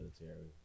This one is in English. military